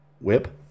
Whip